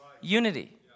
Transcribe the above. unity